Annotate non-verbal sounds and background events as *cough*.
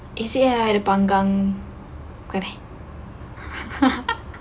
is it ada panggang bukan eh *laughs*